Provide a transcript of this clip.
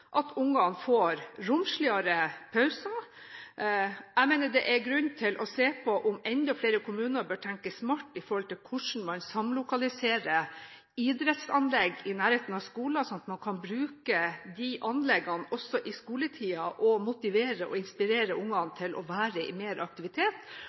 at ungene får romsligere pauser. Jeg mener det er grunn til å se på om enda flere kommuner bør tenke smart når det gjelder å samlokalisere idrettsanlegg i nærheten av skoler, så man kan bruke disse anleggene også i skoletiden, og motivere og inspirere